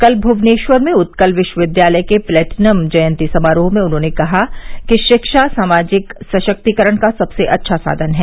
कल भुवनेश्वर में उत्कल विश्वविद्यालय के प्लेटिनम जयंती समारोह में उन्होंने कहा कि शिक्षा सामाजिक सशक्तीकरण का सबसे अच्छा साधन है